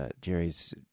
Jerry's